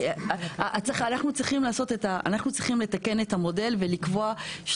אבל אנחנו צריכים לתקן את המודל ולקבוע,